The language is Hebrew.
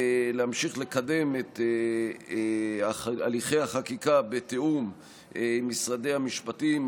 ולהמשיך לקדם את הליכי החקיקה בתיאום עם משרדי המשפטים,